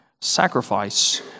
sacrifice